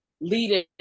leading